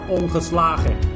ongeslagen